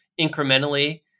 incrementally